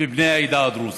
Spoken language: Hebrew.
בבני העדה הדרוזית.